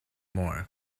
more